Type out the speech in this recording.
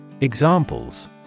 Examples